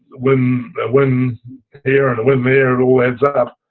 win win here, and win there, it all adds up.